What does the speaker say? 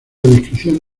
descripción